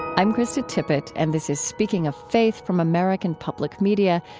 i'm krista tippett. and this is speaking of faith from american public media.